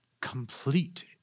complete